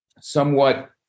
somewhat